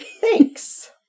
Thanks